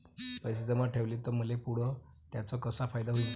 पैसे जमा ठेवले त मले पुढं त्याचा कसा फायदा होईन?